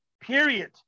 period